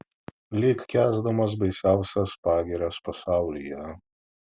lyg kęsdamas baisiausias pagirias pasaulyje